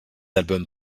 albums